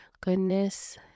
goodness